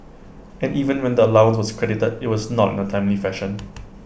and even when the allowance was credited IT was not in A timely fashion